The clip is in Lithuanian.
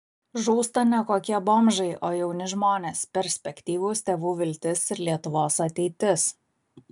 žūsta ne kokie bomžai o jauni žmonės perspektyvūs tėvų viltis ir lietuvos ateitis